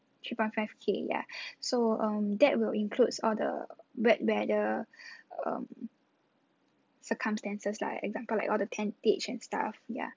three point five K ya so um that will includes all the bad weather um circumstances like example like all the tentage and stuff ya